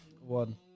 One